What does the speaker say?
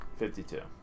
52